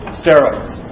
steroids